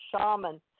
shaman